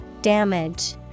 Damage